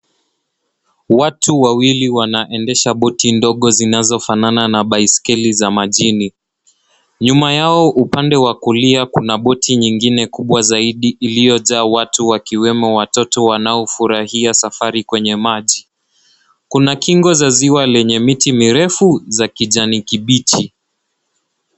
Watu wawili wanaendesha boti ndogo zinazofanana na baiskeli za majini. Nyuma yao upande wa kulia kuna boti nyingine kubwa zaidi iliyojaa watu wakiwemo watoto wanaofurahia safari kwenye maji. Kuna kingo za ziwa lenye miti mirefu za kijani kibichi.